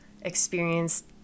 experienced